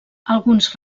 alguns